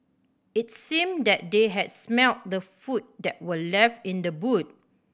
its seemed that they had smelt the food that were left in the boot